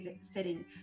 setting